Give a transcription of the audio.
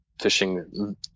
fishing